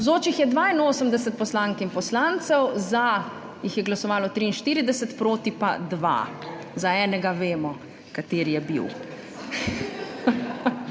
Navzočih je 82 poslank in poslancev, za jih je glasovalo 43, proti pa 2. (Za enega vemo kateri je bil.)